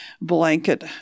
blanket